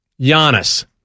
Giannis